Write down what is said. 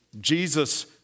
Jesus